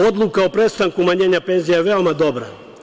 Odluka o prestanku umanjenja penzija je veoma dobra.